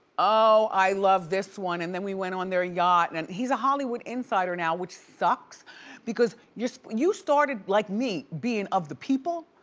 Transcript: oh, i love this one and then we went on their yacht. and and he's a hollywood insider now, which sucks because you so you started like me, being of the people.